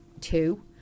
two